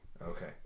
Okay